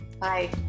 Bye